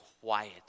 quiet